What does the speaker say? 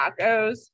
tacos